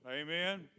Amen